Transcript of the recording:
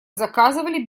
заказывали